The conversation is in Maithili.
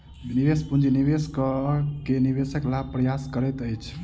निवेश पूंजी निवेश कअ के निवेशक लाभक प्रयास करैत अछि